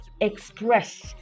express